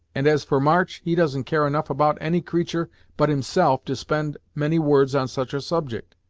and, as for march, he doesn't care enough about any creatur' but himself to spend many words on such a subject.